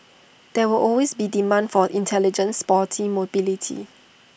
there will always be demand for intelligent sporty mobility